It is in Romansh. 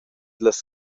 dallas